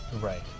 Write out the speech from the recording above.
Right